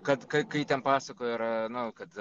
kad kai ten pasakoja ir nu kad